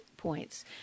points